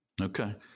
Okay